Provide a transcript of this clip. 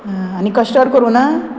आनी कश्टर्ड करूं ना